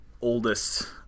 oldest